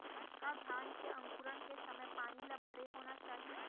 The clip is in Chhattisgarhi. का धान के अंकुरण के समय पानी ल भरे होना चाही?